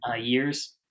years